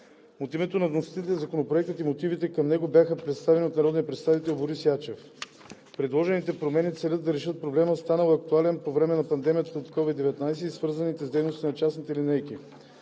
мотивите към него бяха представени от народния представител Борис Ячев. Предложените промени целят да решат проблема, станал актуален по време на пандемията от COVID-19 и свързан с дейността на частните линейки,